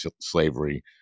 slavery